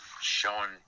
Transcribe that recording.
showing